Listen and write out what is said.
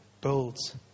builds